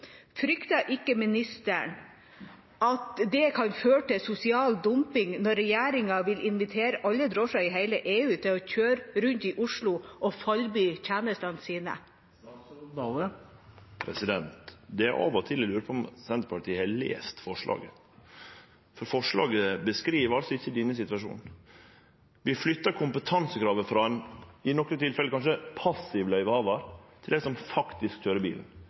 Frykter ikke statsråden at det kan føre til sosial dumping når regjeringa vil invitere alle drosjer i hele EU til å kjøre rundt i Oslo og fallby tjenestene sine? Av og til lurer eg på om Senterpartiet har lest forslaget, for forslaget beskriv altså ikkje denne situasjonen. Vi flyttar kompetansekravet frå ein – i nokre tilfelle – passiv løyvehavar til dei som faktisk